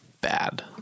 bad